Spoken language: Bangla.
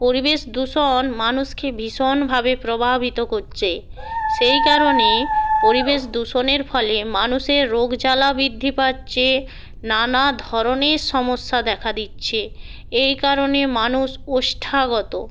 পরিবেশ দূষণ মানুষকে ভীষণভাবে প্রভাবিত করছে সেই কারণে পরিবেশ দূষণের ফলে মানুষের রোগ জ্বালা বৃদ্ধি পাচ্ছে নানা ধরনের সমস্যা দেখা দিচ্ছে এই কারণে মানুষ ওষ্ঠাগত